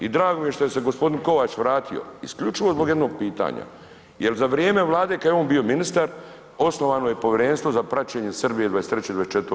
I drago mi je što je se gospodin Kovač vratio, isključivo zbog jednog pitanja, jer za vrijeme vlade kad je on bio ministar osnovano je povjerenstvo za praćenje Srbije 23. i 24.